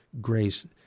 grace